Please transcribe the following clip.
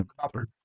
copper